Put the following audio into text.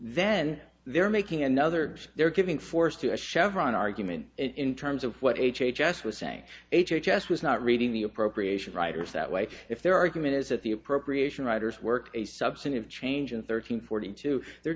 then they're making another they're giving force to a chevron argument in terms of what h h s was saying h h s was not reading the appropriation riders that way if their argument is that the appropriation writers work a substantive change in thirteen forty they're